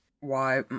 Why